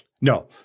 No